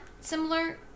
similar